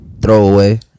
Throwaway